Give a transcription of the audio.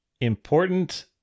important